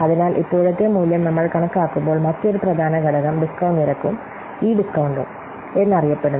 അതിനാൽ ഇപ്പോഴത്തെ മൂല്യം നമ്മൾ കണക്കാക്കുമ്പോൾ മറ്റൊരു പ്രധാന ഘടകം ഡിസ്കൌണ്ട് നിരക്കും ഈ ഡിസ്കൌണ്ടും എന്നറിയപ്പെടുന്നു